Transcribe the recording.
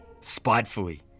spitefully